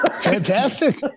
Fantastic